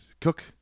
cook